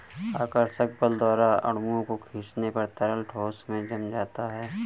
आकर्षक बल द्वारा अणुओं को खीचने पर तरल ठोस में जम जाता है